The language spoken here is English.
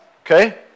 okay